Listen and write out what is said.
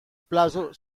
plazo